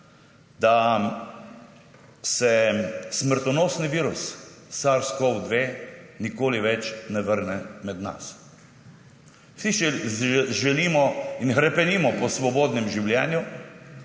da se smrtonosni virus SARS-CoV-2 nikoli več ne vrne med nas. Vsi si želimo in hrepenimo po svobodnem življenju.